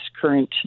current